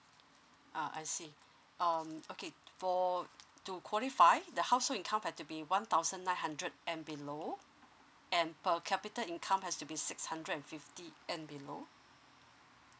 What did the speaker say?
ah I see um okay for to qualify the household income have to be one thousand nine hundred and below and per capita income has to be six hundred and fifty and below